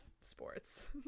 sports